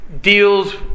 deals